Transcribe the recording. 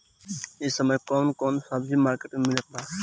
इह समय कउन कउन सब्जी मर्केट में मिलत बा?